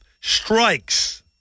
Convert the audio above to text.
Strikes